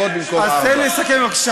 פוגע במדינת ישראל לא, נא לסיים, אדוני.